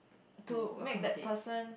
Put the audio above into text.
to make that person